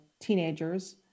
teenagers